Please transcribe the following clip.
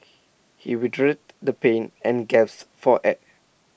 he writhed the pain and gasped for air